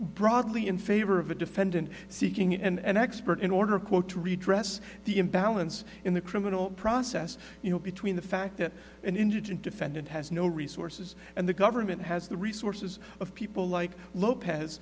broadly in favor of a defendant seeking an expert in order quote to redress the imbalance in the criminal process you know between the fact that an indigent defendant has no resources and the government has the resources of people like lopez